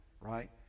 right